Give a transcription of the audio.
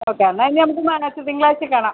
okay എന്നാൽ ഇനി നമുക്ക് ഞായറാഴ്ച്ച തിങ്കളാഴ്ച്ച കാണാം